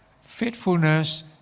faithfulness